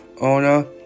owner